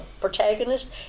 protagonist